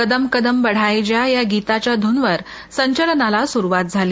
कदम कदम बढाए जा या गीताच्या धूनवर संचलनाला सुरुवात झाली